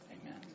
Amen